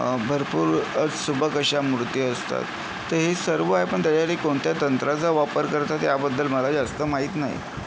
भरपूर सुबक अशा मूर्ती असतात ते हे सर्व आहे पण त्याच्यासाठी कोणत्या तंत्राचा वापर करतात याबद्दल मला जास्त माहीत नाही